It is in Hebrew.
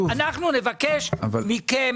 אנחנו נבקש מכם,